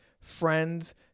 friends